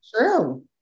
True